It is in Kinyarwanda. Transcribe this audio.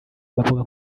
bavuga